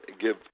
give